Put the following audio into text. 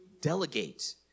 delegate